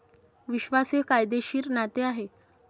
विश्वास हे कायदेशीर नाते आहे